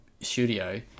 studio